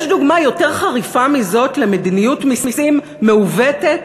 יותר חריפה מזאת למדיניות מסים מעוותת?